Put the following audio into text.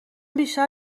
بیشتر